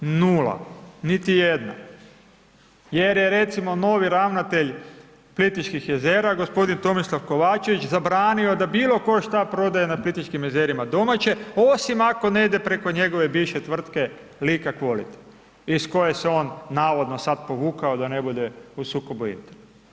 Nula, niti jedna jer je recimo novo ravnatelj Plitvičkih jezera g. Tomislav Kovačević zabranio da bilo tko šta prodaje na Plitvičkim jezerima domaće osim ako ne ide preko njegove bivše tvrtke Lika quality iz koje se on navodno sad povukao da ne bude u sukobu interesa.